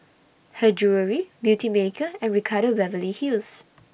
Her Jewellery Beautymaker and Ricardo Beverly Hills